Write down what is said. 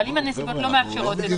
אבל אם הנסיבות לא מאפשרות את זה,